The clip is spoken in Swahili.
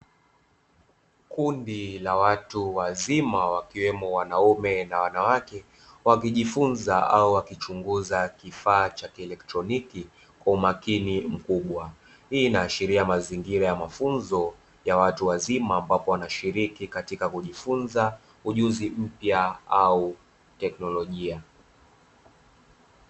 Kundi la watu wazima wakiwemo wanaume na wanawake wakijifunza au wakichunguza kifaa cha kielektroniki kwa umakini mkubwa. Hii inaashiri mazingira ya mafunzo ya watu wazima ambapo wanashiriki katika kujifunza ujuzi mpya au teknolojia.